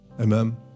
amen